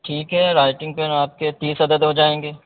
ٹھیک ہے writing pen آپ کے تیس عدد ہو جائیں گے